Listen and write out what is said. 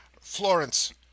Florence